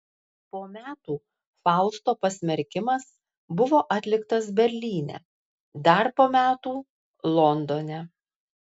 po metų fausto pasmerkimas buvo atliktas berlyne dar po metų londone